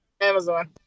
Amazon